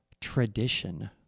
tradition